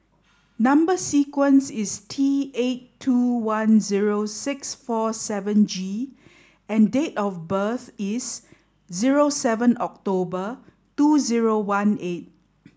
number sequence is T eight two one zero six four seven G and date of birth is zero seven October two zero one eight